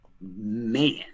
Man